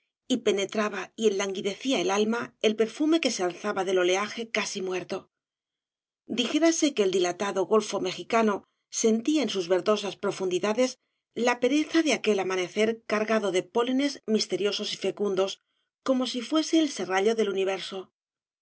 y penetraba y enlanguidecía el alma el perfume que se alzaba del oleaje casi muerto dijérase que el dilatado golfo mexicano sentía en sus verdosas profundidades la pereza de aquel ís obras de valle inclan amanecer cargado de pólenes misteriosos y fecundos como si fuese el serrallo del universo